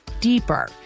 deeper